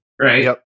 right